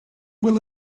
will